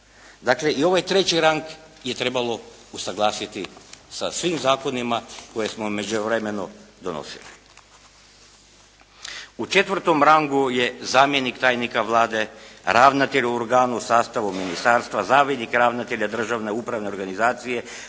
Dakle, i ovaj treći rang je trebalo usuglasiti sa svim zakonima koje smo u međuvremenu donosili. U četvrtom rangu je zamjenik tajnika Vlade, ravnatelj u organu u sastavu ministarstva, zamjenik ravnatelja državne upravne organizacije,